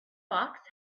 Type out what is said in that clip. box